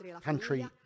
country